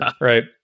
right